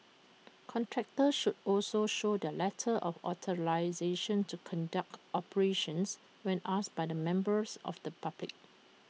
contractors should also show their letter of authorisation to conduct operations when asked by the members of the public